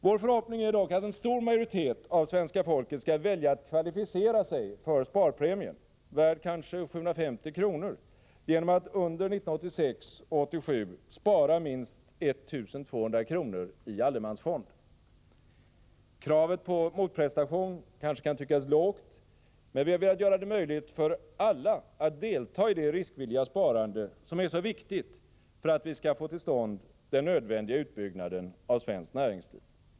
Vår förhoppning är dock att en stor majoritet av svenska folket skall välja att kvalificera sig för sparpremien, värd kanske 750 kr., genom att under 1986 och 1987 spara minst 1 200 kr. i allemansfond. Kravet på motprestation kanske kan tyckas lågt, men vi har velat göra det möjligt för alla att delta i det riskvilliga sparande som är så viktigt för att vi skall få till stånd den nödvändiga utbyggnaden av svenskt näringsliv.